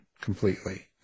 completely